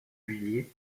villiers